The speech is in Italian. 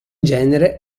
genere